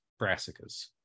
brassicas